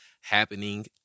happening